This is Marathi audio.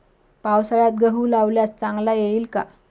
पावसाळ्यात गहू लावल्यास चांगला येईल का?